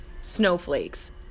snowflakes